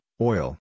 oil